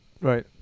Right